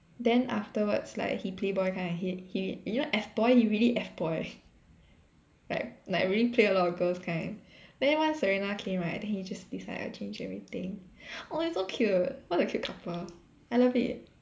then afterwards like he playboy kind of he he you know F boy he really F boy like like really play a lot of girls kind then once Serena came right then he just decided to change everything !aww! it's so cute what a cute couple I love it